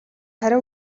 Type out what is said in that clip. хариу